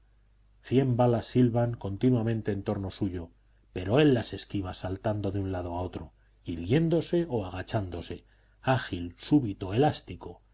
cien balas silban continuamente en torno suyo pero él las esquiva saltando de un lado a otro irguiéndose o agachándose ágil súbito elástico